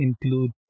include